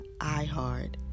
iheart